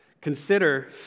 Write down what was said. Consider